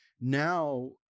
Now